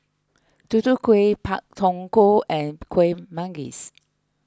Tutu Kueh Pak Thong Ko and Kueh Manggis